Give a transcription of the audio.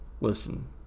listen